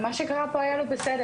מה שקרה פה היה לא בסדר.